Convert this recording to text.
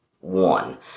one